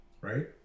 right